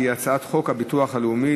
שהיא הצעת חוק הביטוח הלאומי,